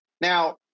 Now